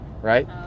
right